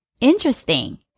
Interesting